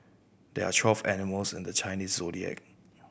there are twelve animals in the Chinese Zodiac